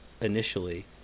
initially